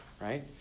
right